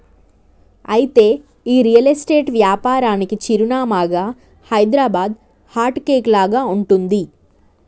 అయితే ఈ real estate వ్యాపారానికి చిరునామాగా హైదరాబాదు హార్ట్ కేక్ లాగా ఉంటుంది